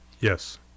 Yes